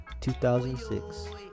2006